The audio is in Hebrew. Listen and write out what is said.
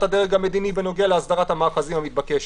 הדרג המדיני בנוגע להסדרת המאחזים המתבקשת.